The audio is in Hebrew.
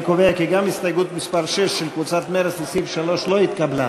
אני קובע כי גם הסתייגות מס' 6 של קבוצת מרצ לסעיף 3 לא התקבלה.